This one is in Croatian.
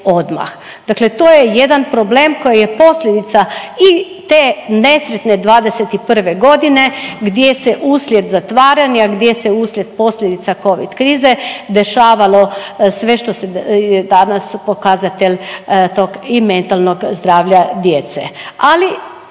Dakle to je jedan problem koji je posljedica i te nesretne '21. g. gdje se uslijed zatvaranja, gdje se uslijed posljedica covid krize dešavalo sve što je danas pokazatelj tog i mentalnog zdravlja djece,